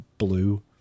blue